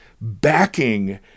backing